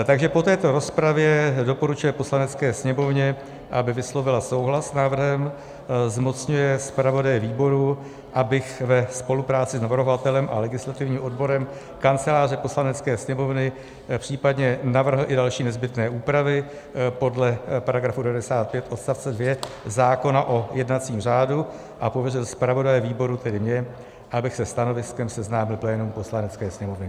Takže po této rozpravě doporučuje Poslanecké sněmovně, aby vyslovila souhlas s návrhem, zmocňuje zpravodaje výboru, aby ve spolupráci s navrhovatelem a legislativním odborem Kanceláře Poslanecké sněmovny případně navrhl i další nezbytné úpravy podle § 95 odst. 2 zákona o jednacím řádu, a pověřil zpravodaje výboru, tedy mě, abych se stanoviskem seznámil plénum Poslanecké sněmovny.